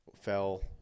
Fell